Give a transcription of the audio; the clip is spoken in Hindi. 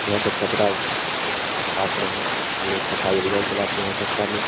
यहाँ का कचरा साफ रहे हम लोग सफाई अभियान चलाते हैं सप्ताह में